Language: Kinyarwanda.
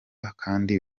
kandi